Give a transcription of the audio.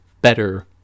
better